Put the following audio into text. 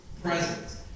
presence